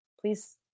please